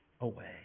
away